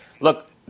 Look